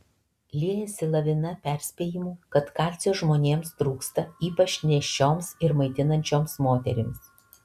liejasi lavina perspėjimų kad kalcio žmonėms trūksta ypač nėščioms ir maitinančioms moterims